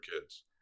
kids